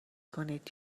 کنید